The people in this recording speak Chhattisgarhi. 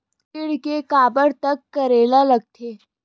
ऋण के काबर तक करेला लगथे?